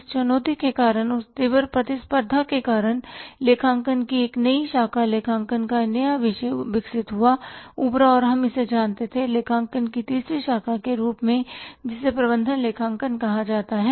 इस चुनौती के कारण इस तीव्र प्रतिस्पर्धा के कारण लेखांकन की एक नई शाखा लेखांकन का एक नया विषय विकसित हुआ उभरा और हम इसे जानते थे लेखांकन की तीसरी शाखा के बारे में जिससे प्रबंधन लेखांकन कहा जाता है